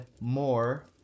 more